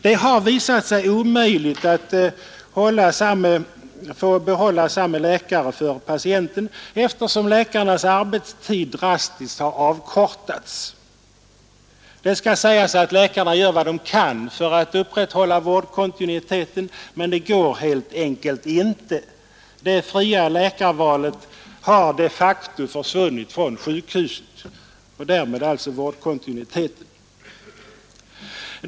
Det har visat sig omöjligt för patienten att få behålla samme läkare eftersom läkarnas arbetstid har drastiskt förkortats. I det här sammanhanget skall sägas att läkarna gör vad de kan för att upprätthålla vårdkontinuiteten, men det går helt enkelt inte. Det fria läkarvalet har de facto försvunnit från sjukhusen, och därmed också vårdkontinuiteten.